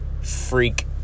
freak